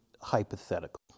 hypothetical